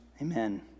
Amen